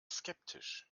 skeptisch